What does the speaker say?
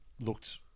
looked